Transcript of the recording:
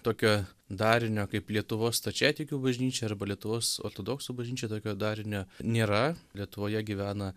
tokio darinio kaip lietuvos stačiatikių bažnyčia arba lietuvos ortodoksų bažnyčia tokio darinio nėra lietuvoje gyvena